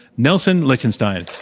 nelson lichtenstein.